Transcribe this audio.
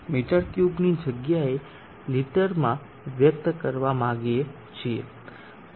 હવે આપણે આ Qને m3 ની જગ્યાએ લિટરમાં વ્યક્ત કરવા માંગીએ છીએ